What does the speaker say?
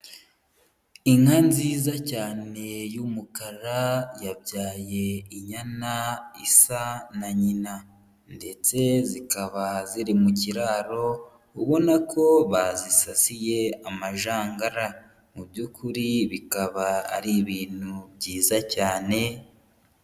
Inka nziza cyane y'umukara yabyaye inyana isa na nyina ndetse zikaba ziri mu kiraro, ubona ko bazisasiye amajangara mu by'ukuri bikaba ari ibintu byiza cyane.